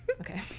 Okay